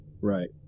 Right